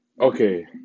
okay